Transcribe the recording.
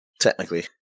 technically